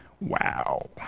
wow